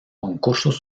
concursos